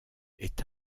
est